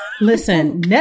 Listen